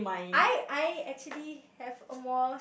I I actually have a more